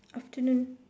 afternoon